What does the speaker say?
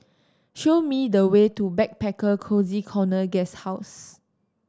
show me the way to Backpacker Cozy Corner Guesthouse